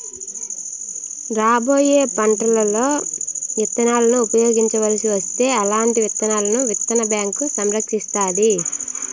రాబోయే పంటలలో ఇత్తనాలను ఉపయోగించవలసి వస్తే అల్లాంటి విత్తనాలను విత్తన బ్యాంకు సంరక్షిస్తాది